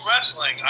Wrestling